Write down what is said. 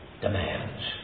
demands